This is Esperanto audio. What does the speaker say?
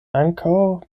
ankaŭ